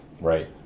right